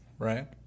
right